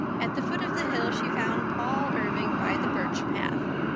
at the foot of the hill she found paul irving by the birch path.